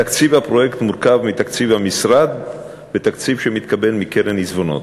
תקציב הפרויקט מורכב מתקציב המשרד ותקציב שמתקבל מקרן עיזבונות.